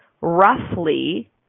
roughly